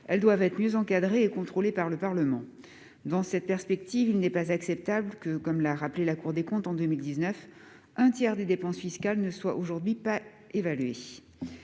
elles doivent être mieux encadrées et contrôlées par le Parlement. Dans cette perspective, il n'est pas acceptable que, comme l'a rappelé la Cour des comptes en 2019, un tiers des dépenses fiscales aujourd'hui ne soit pas évalué.